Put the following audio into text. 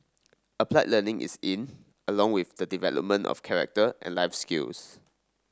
applied learning is in along with the development of character and life skills